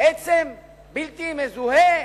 עצם בלתי מזוהה?